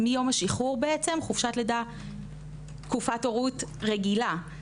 מיום השחרור בעצם חופשת לידה תקופת הורות רגילה,